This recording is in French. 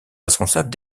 responsable